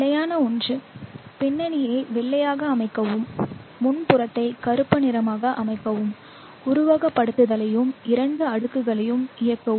நிலையான ஒன்று பின்னணியை வெள்ளையாக அமைக்கவும் முன்புறத்தை கருப்பு நிறமாக அமைக்கவும் உருவகப்படுத்துதலையும் இரண்டு அடுக்குகளையும் இயக்கவும்